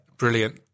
Brilliant